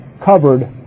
covered